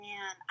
Man